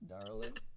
Darling